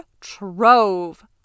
trove